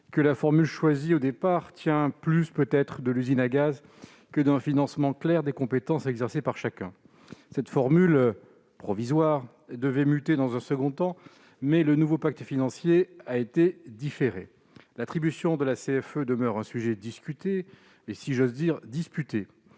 que la formule choisie au départ tient davantage de l'usine à gaz que d'un financement clair des compétences exercées par chacun. Cette formule provisoire devait muter dans un second temps, mais le nouveau pacte financier a été différé. L'attribution de la cotisation foncière des entreprises,